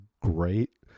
great